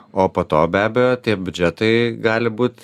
o po to be abejo tai biudžetai gali būt